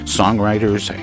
songwriters